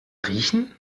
riechen